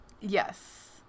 Yes